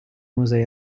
musei